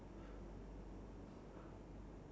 like built as like you